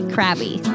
Crabby